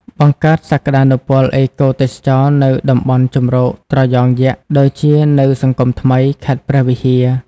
បង្កើតសក្តានុពលអេកូទេសចរណ៍នៅតំបន់ជម្រកត្រយងយក្ស ដូចជានៅសង្គមថ្មី ខេត្តព្រះវិហារ។